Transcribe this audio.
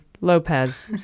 Lopez